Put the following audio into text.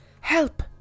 help